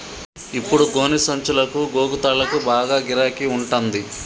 ఇప్పుడు గోనె సంచులకు, గోగు తాళ్లకు బాగా గిరాకి ఉంటంది